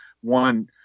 One